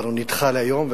אבל הוא נדחה להיום,